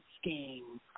scheme